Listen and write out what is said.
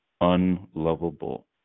unlovable